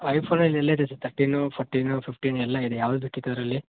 I ಫೋನಲ್ಲಿ ಎಲ್ಲದಿದೆ ತಟ್ಟೆನು ಫೊಟ್ಟಿನು ಫಿಫ್ಟೀನ್ ಎಲ್ಲ ಇದೆ ಯಾವ್ದು ಬೇಕಿತ್ತು ಅದರಲ್ಲಿ